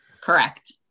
Correct